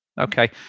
okay